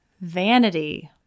vanity